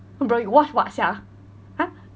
bro you got watch what sia !huh!